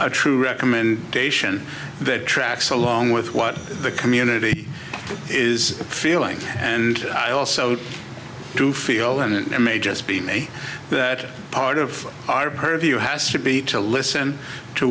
a true recommend station that tracks along with what the community is feeling and i also do feel and it may just be me that part of our purview has to be to listen to